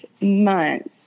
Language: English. months